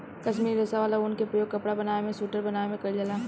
काश्मीरी रेशा वाला ऊन के प्रयोग कपड़ा बनावे में सुइटर बनावे में कईल जाला